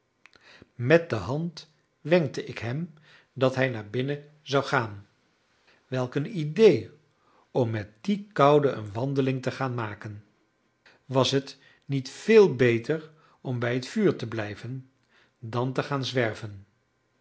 met de hand wenkte ik hem dat hij naar binnen zou gaan welk een idée om met die koude een wandeling te gaan maken was het niet veel beter om bij het vuur te blijven dan te gaan zwerven